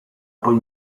poi